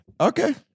Okay